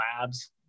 labs